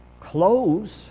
clothes